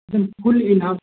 full in half